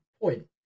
point